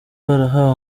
barahawe